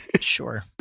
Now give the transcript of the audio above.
sure